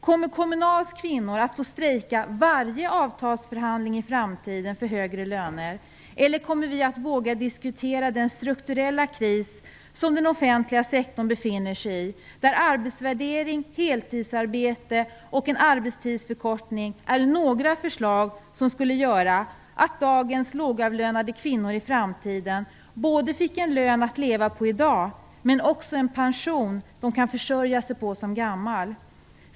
Kommer Kommunals kvinnor att behöva strejka vid varje avtalsförhandling i framtiden för högre löner, eller kommer vi att våga diskutera den strukturella kris som den offentliga sektorn befinner sig i där arbetsvärdering, heltidsarbete och en arbetstidsförkortning är några förslag som skulle kunna göra att dagens lågavlönade kvinnor i framtiden fick både en lön att leva på och också en pension som de kan försörja sig på som gamla.